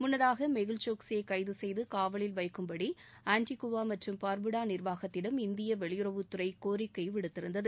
முன்னதாக மெகுல் சோக்சியை கைது செய்து காவலில் வைக்கும்படி ஆண்டிகுவா மற்றும் பாா்புடா நிா்வாகத்திடம் இந்திய வெளியுறவுத்துறை கோரிக்கை விடுத்திருந்தது